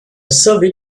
survey